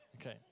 Okay